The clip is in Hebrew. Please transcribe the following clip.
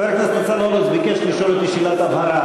חבר הכנסת ניצן הורוביץ ביקש לשאול אותי שאלת הבהרה,